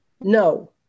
no